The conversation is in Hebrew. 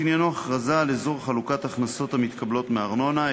שעניינו הכרזה על אזור חלוקת הכנסות המתקבלות מארנונה,